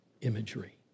imagery